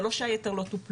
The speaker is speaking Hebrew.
זה לא שהיתר לא טופלו,